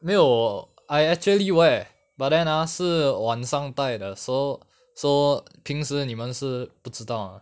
没有我 I actually wear but then ah 是晚上戴的 so so 平时你们是不知道 ah